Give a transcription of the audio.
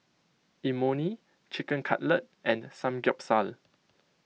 Imoni Chicken Cutlet and Samgyeopsal